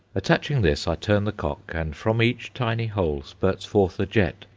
attaching this, i turn the cock, and from each tiny hole spurts forth a jet,